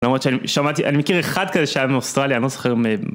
למרות שאני מכיר אחד כזה שהיה מאוסטרליה אני לא זוכר